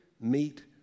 meet